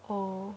oh